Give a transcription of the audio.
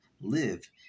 live